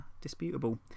disputable